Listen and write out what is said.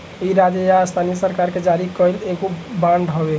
इ राज्य या स्थानीय सरकार के जारी कईल एगो बांड हवे